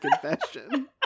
confession